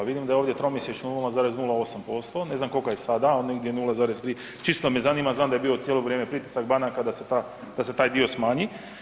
Vidim da je ovdje tromjesečno 0,08%, ne znam kolika je sada, ali negdje 0, ... čisto me zanima, znam da je bio cijelo vrijeme pritisak banaka da se taj dio smanji.